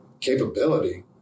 capability